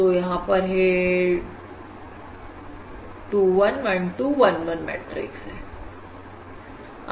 तो यह एक 21 12 11 मैट्रिक्स है